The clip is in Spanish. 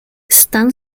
stan